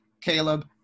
Caleb